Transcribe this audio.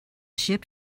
ship